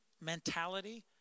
mentality